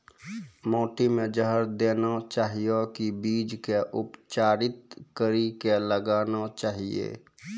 माटी मे जहर देना चाहिए की बीज के उपचारित कड़ी के लगाना चाहिए?